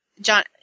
John